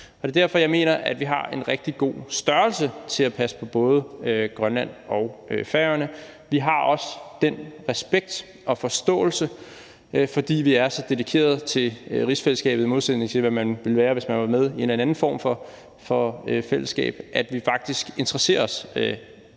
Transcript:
Det er derfor, jeg mener, at vi har en rigtig god størrelse til at passe på både Grønland og Færøerne. Vi har også den respekt og forståelse, fordi vi er så dedikerede til rigsfællesskabet, i modsætning til hvad man ville være, hvis man var med i en eller anden anden form for fællesskab, og vi interesserer os